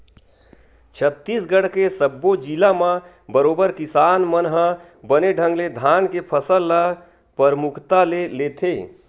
छत्तीसगढ़ के सब्बो जिला म बरोबर किसान मन ह बने ढंग ले धान के फसल ल परमुखता ले लेथे